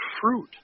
fruit